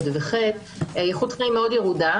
איכות חיים מאוד ירודה,